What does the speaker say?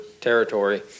territory